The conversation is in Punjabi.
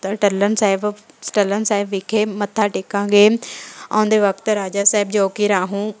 ਟੱਲਨ ਸਾਹਿਬ ਟੱਲਨ ਸਾਹਿਬ ਵਿਖੇ ਮੱਥਾ ਟੇਕਾਂਗੇ ਆਉਂਦੇ ਵਕਤ ਰਾਜਾ ਸਾਹਿਬ ਜੋ ਕਿ ਰਾਂਹੂ